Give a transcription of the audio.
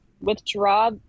withdraw